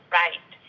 right